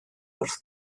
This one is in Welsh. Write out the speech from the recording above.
wrth